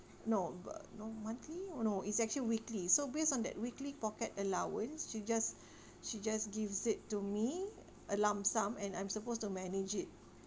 no but no monthly or no it's actually weekly so based on that weekly pocket allowance she'll just she just gives it to me a lump sum and I'm supposed to manage it